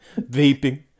vaping